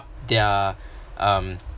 they're um